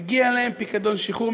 מגיע להם פיקדון שחרור,